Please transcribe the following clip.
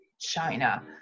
China